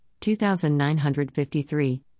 2953